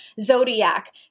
zodiac